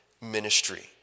ministry